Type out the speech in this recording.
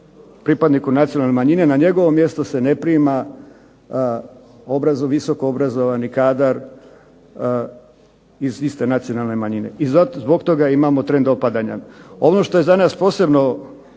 pripadnicu nacionalne manjine na njegovo mjesto se ne prima visoko obrazovani kadar iz iste nacionalne manjine, i zbog toga imamo trend opadanja. Ono što je za nas posebno